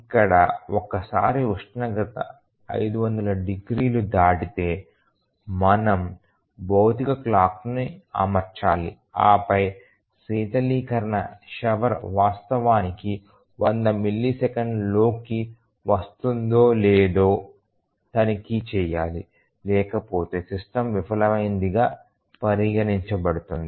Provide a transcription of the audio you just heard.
ఇక్కడ ఒకసారి ఉష్ణోగ్రత 500 డిగ్రీలు దాటితే మనం భౌతిక క్లాక్ని అమర్చాలి ఆపై శీతలకరణి షవర్ వాస్తవానికి 100 మిల్లీసెకన్లలోకి వస్తుందో లేదో తనిఖీ చేయాలి లేకపోతే సిస్టమ్ విఫలమైనదిగా పరిగణించబడుతుంది